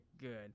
good